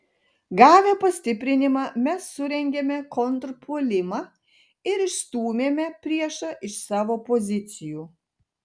gavę pastiprinimą mes surengėme kontrpuolimą ir išstūmėme priešą iš savo pozicijų